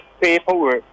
paperwork